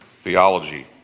theology